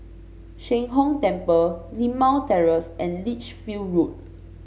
Sheng Hong Temple Limau Terrace and Lichfield Road